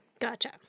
Gotcha